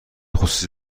خصوصی